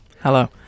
Hello